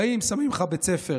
באים, שמים לך בית ספר.